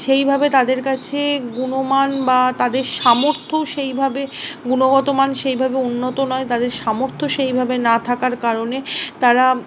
সেইভাবে তাদের কাছে গুণমান বা তাদের সামর্থ্যও সেইভাবে গুণগত মান সেইভাবে উন্নত নয় তাদের সামর্থ্য সেইভাবে না থাকার কারণে তারা